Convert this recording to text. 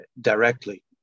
directly